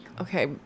Okay